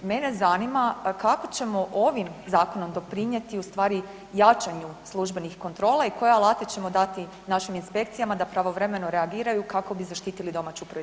Mene zanima kako ćemo ovim zakonom doprinijeti ustvari jačanju službenih kontrola i koje alate ćemo dati našim inspekcijama da pravovremeno reagiraju kako bi zaštitili domaću proizvodnju?